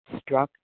struck